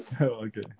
Okay